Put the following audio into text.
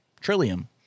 Trillium